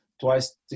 twice